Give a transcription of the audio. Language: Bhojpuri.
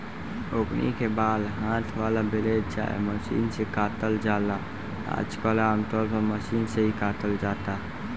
ओकनी के बाल हाथ वाला ब्लेड चाहे मशीन से काटल जाला आजकल आमतौर पर मशीन से ही काटल जाता